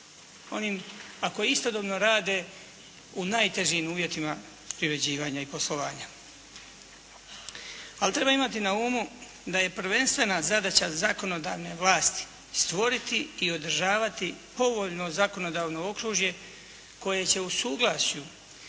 ako istodobno rade u najtežim uvjetima privređivanja i poslovanja. Ali treba imati na umu da je prvenstvena zadaća zakonodavne vlasti stvoriti i održavati povoljno zakonodavno okružje koje će u suglasju